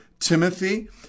Timothy